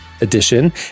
edition